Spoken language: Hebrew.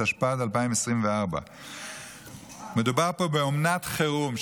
התשפ"ד 2024. מדובר פה באומנת חירום,